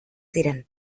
ziren